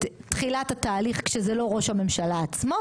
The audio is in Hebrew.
תחילת התהליך כשזה לא ראש הממשלה עצמו,